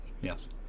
Yes